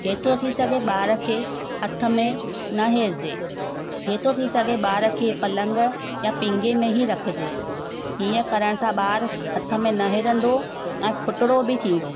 जेतिरो थी सघे ॿार खे हथ में न हेरिजे जेतिरो थी सघे ॿार खे पलंग या पींघे में ई रखिजे हीअं करण सां ॿारु हथ में न हिरंदो ऐं फुटिड़ो बि थींदो